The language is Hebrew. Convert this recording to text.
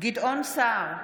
גדעון סער,